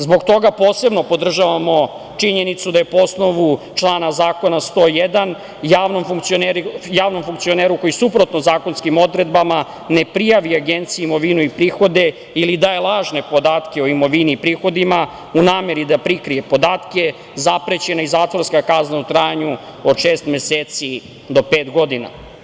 Zbog toga posebno podržavamo činjenicu da je po osnovu člana Zakona 101. javnom funkcioneru koji suprotno zakonskim odredbama ne prijavi Agenciji imovinu i prihode ili daje lažne podatke o imovini i prihodima u nameri da prikrije podatke zaprećena i zatvorska kazna u trajanju od šest meseci do pet godina.